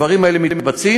הדברים האלה מתבצעים,